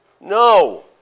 No